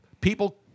people